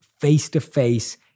face-to-face